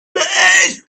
place